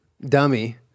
dummy